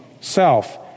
self